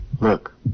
Look